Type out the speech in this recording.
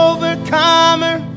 Overcomer